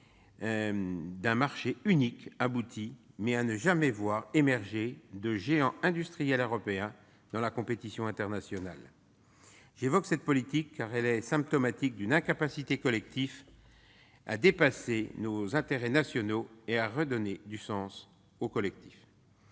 d'un marché unique abouti, mais à ne jamais voir émerger de géants industriels européens dans la compétition internationale. J'évoque cette politique, car elle est symptomatique d'une incapacité collective à dépasser nos intérêts nationaux et à redonner du sens au collectif.